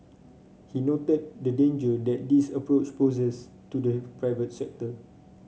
he noted the danger that this approach poses to the private sector